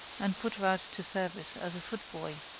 and put her out to service as a foot-boy,